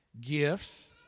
gifts